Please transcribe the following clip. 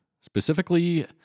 Specifically